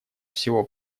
всего